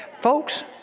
folks